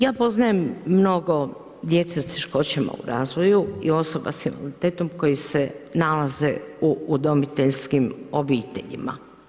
Ja poznajem mnogo djece s teškoćama u razvoju i osoba s invaliditetom koji se nalaze u udomiteljskim obiteljima.